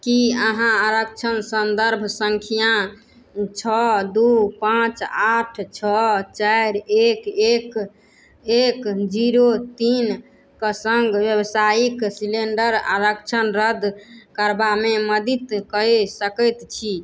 की अहाँ आरक्षण सन्दर्भ संख्या छओ दू पाँच आठ छओ चारि एक एक एक जीरो तीनके संग व्यावसायिक सिलेंडर आरक्षण रद्द करबामे मदद कऽ सकैत छी